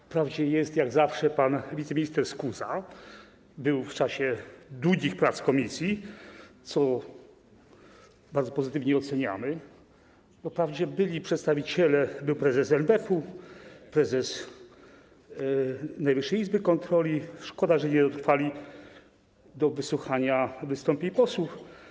Wprawdzie jest, jak zawsze, pan wiceminister Skuza i był w czasie długich prac komisji, co oceniamy bardzo pozytywnie, po prawdzie byli przedstawiciele... był prezes NBP, prezes Najwyższej Izby Kontroli, ale szkoda, że nie dotrwali do wysłuchania wystąpień posłów.